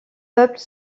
peuples